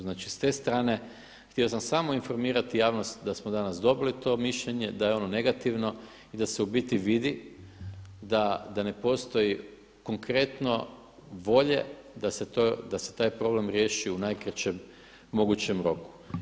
Znači s te strane, htio sam samo informirati javnost da smo danas dobili to mišljenje, da je ono negativno i da se u biti vidi da ne postoji konkretno volje da se taj problem riješi u najkraćem mogućem roku.